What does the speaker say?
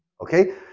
Okay